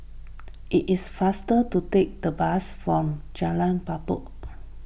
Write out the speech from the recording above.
it is faster to take the bus from Jalan Datoh